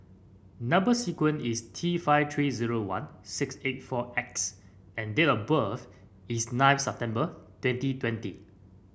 number sequence is T five three zero one six eight four X and date of birth is nine September twenty twenty